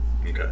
Okay